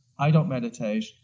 i don't meditate.